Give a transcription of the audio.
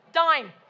dime